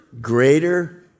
Greater